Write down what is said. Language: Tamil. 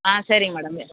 ஆ சரிங்க மேடம்